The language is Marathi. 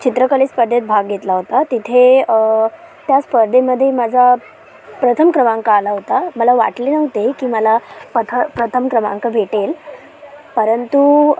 चित्रकला स्पर्धेत भाग घेतला होता तिथे त्या स्पर्धेमध्ये माझा प्रथम क्रमांक आला होता मला वाटले नव्हते की मला पथ प्रथम क्रमांक भेटेल परंतू